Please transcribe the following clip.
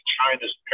China's